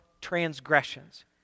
transgressions